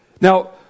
Now